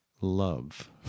love